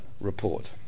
report